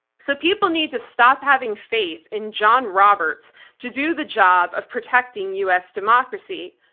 so people need to stop having faith in john roberts to do the job of protecting us democracy.